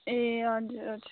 ए हजुर हजुर